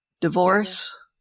divorce